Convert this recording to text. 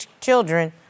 children